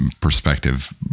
perspective